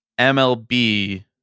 MLB